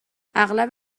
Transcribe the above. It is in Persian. اغلب